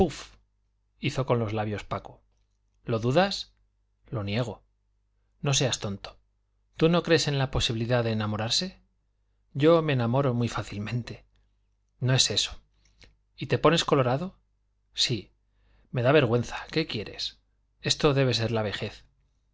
hizo con los labios paco lo dudas lo niego no seas tonto tú no crees en la posibilidad de enamorarse yo me enamoro muy fácilmente no es eso y te pones colorado sí me da vergüenza qué quieres esto debe de ser la vejez